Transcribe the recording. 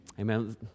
Amen